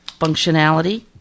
functionality